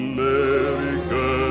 America